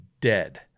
dead